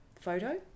photo